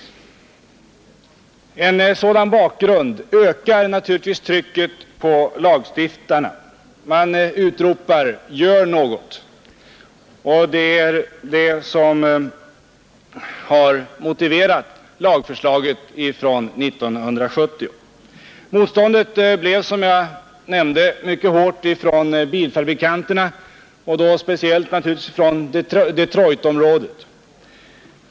En sådan bakgrund ökar naturligtvis trycket på lagstiftarna. Man utropar: Gör något! Det är detta som har motiverat 1970 års lagförslag. Motståndet från bilfabrikanterna blev, som jag nämnde, mycket hårt och då speciellt givetvis från Detroitområdet.